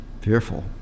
fearful